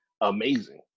amazing